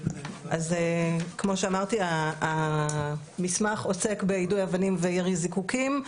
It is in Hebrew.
אז כמו שאמרתי המסמך עוסק ביידוי אבנים וירי זיקוקים,